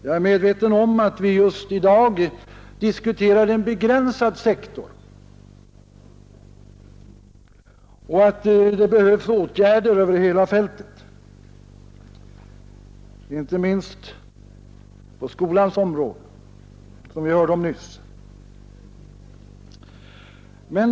Jag är medveten om att vi just i dag diskuterar en begränsad sektor och att det behövs åtgärder över hela fältet, inte minst på skolans område, som vi nyss hörde.